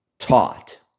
taught